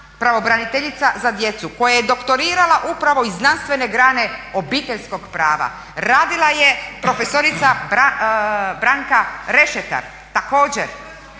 pravobraniteljica za djecu koja je doktorirala upravo iz znanstvene grane obiteljskog prava. Radila je profesorica Branka Rešetar, također.